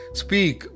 speak